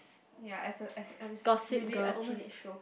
yea as a as as a really a teenage show